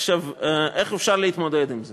עכשיו, איך אפשר להתמודד עם זה?